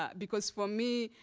ah because for me,